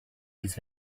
his